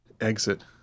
exit